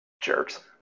jerks